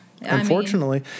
Unfortunately